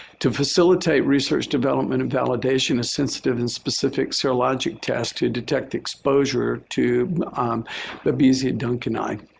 to facilitate research development and validation as sensitive and specific serologic test to detect exposure to babesia duncani.